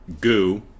goo